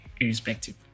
irrespective